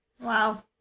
Wow